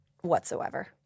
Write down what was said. whatsoever